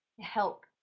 help